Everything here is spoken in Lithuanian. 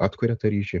atkuria tą ryšį